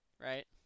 Right